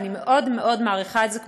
ואני מאוד מאוד מעריכה את זה,